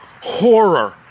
horror